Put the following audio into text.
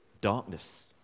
darkness